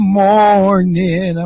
morning